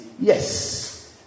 yes